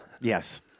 Yes